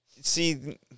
See